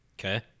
Okay